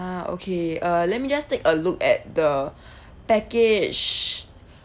~[ah] okay uh let me just take a look at the package